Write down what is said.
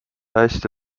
hästi